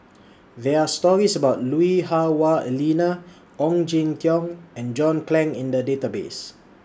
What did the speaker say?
There Are stories about Lui Hah Wah Elena Ong Jin Teong and John Clang in The Database